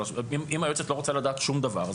אם היועצת לא רוצה לדעת שום דבר,